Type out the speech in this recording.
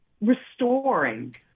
Restoring